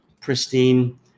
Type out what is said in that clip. pristine